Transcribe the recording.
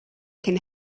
can